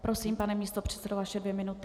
Prosím, pane místopředsedo, vaše dvě minuty.